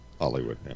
Hollywood